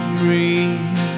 breathe